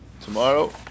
tomorrow